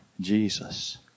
Jesus